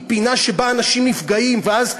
היא פינה שבה אנשים נפגעים ואז,